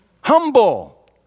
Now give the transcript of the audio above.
Humble